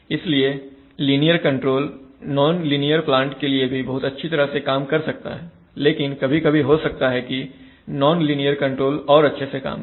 इसलिए linear control nonlinear plant के लिए भी बहुत अच्छी तरह से काम कर सकता है लेकिन कभी कभी हो सकता है कि नॉनलीनियर कंट्रोल और अच्छे से काम करें